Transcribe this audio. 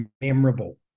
memorable